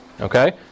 okay